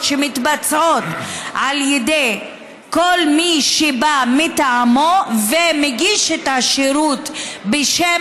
שמתבצעות על ידי כל מי שבא מטעמו ומגיש את השירות בשם